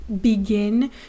begin